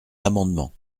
l’amendement